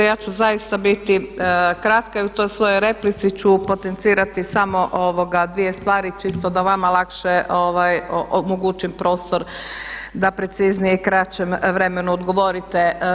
Ja ću zaista biti kratka i u toj svojoj replici ću potencirati samo dvije stvari čisto da vama lakše omogućim prostor da preciznije i kraćem vremenu odgovorite.